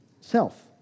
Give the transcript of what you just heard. Self